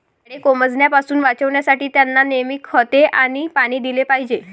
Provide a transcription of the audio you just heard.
झाडे कोमेजण्यापासून वाचवण्यासाठी, त्यांना नेहमी खते आणि पाणी दिले पाहिजे